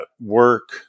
work